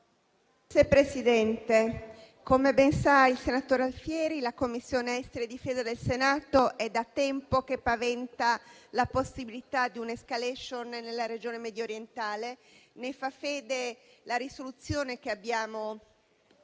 Signor Presidente, come ben sa il senatore Alfieri, la Commissione affari esteri e difesa del Senato è da tempo che paventa la possibilità di un'*escalation* nella Regione mediorientale. Ne fa fede la risoluzione che abbiamo